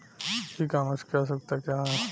ई कॉमर्स की आवशयक्ता क्या है?